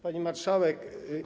Pani Marszałek!